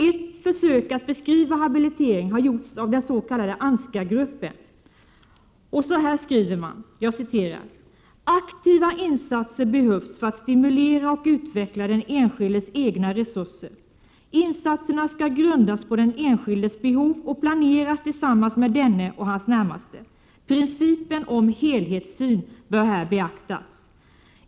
Ett försök att beskriva habilitering har gjorts av den s.k. Ansgargruppen. Så här skriver man: ”Aktiva insatser behövs för att stimulera och utveckla den enskildes egna resurser. Insatserna skall grundas på den enskildes behov och planeras tillsammans med denne och hans närmaste. Principen om helhetssyn bör här beaktas.